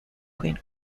queen